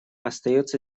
остается